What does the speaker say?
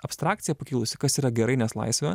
abstrakcija pakilusi kas yra gerai nes laisvė